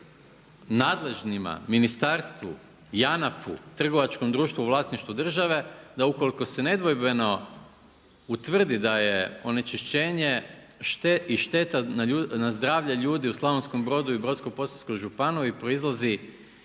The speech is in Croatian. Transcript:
nadležnima, ministarstvu, JANAF-u, trgovačkom društvu u vlasništvu države da ukoliko se nedvojbeno utvrdi da je onečišćenje i šteta na zdravlje ljudi u Slavonskom Brodu i Brodsko-posavskoj županiji proizlazi